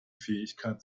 fähigkeit